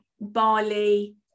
barley